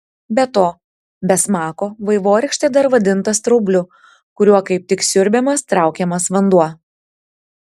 be to be smako vaivorykštė dar vadinta straubliu kuriuo kaip tik siurbiamas traukiamas vanduo